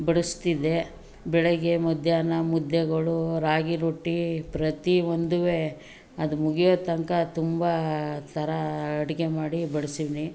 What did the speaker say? ಬಡಿಸ್ತಿದ್ದೆ ಬೆಳಗ್ಗೆ ಮಧ್ಯಾಹ್ನ ಮುದ್ದೆಗಳು ರಾಗಿ ರೊಟ್ಟಿ ಪ್ರತಿಯೊಂದುವೇ ಅದು ಮುಗಿಯೋ ತನಕ ತುಂಬ ಥರ ಅಡುಗೆ ಮಾಡಿ ಬಡಿಸಿವ್ನಿ